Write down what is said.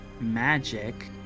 magic